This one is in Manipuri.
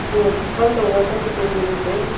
ꯑꯗꯣ ꯀꯔꯝ ꯇꯧꯕ꯭ꯔꯀꯣ ꯍꯣꯇꯦꯜꯒꯨꯝꯕꯁꯦ